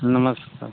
नमस्कार